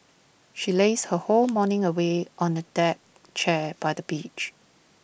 she lazed her whole morning away on A deck chair by the beach